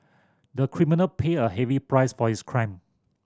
the criminal paid a heavy price for his crime